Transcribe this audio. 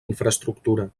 infraestructura